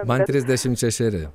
man trisdešimt šešeri